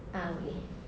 ah okay